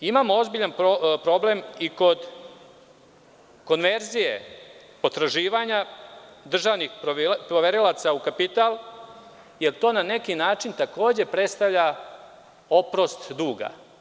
Imamo ozbiljan problem i kod konverzije potraživanja državnih poverilaca u kapital, jer to na neki način takođe predstavlja oprost duga.